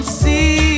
see